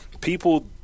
people